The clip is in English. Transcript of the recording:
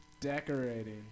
Decorating